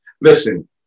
Listen